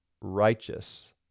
righteous